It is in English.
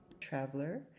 Traveler